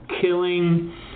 killing